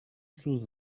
through